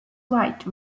white